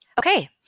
Okay